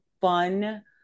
fun